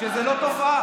שזה לא תופעה.